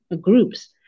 groups